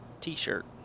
t-shirt